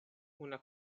una